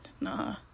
nah